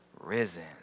risen